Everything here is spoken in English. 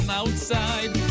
outside